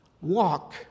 Walk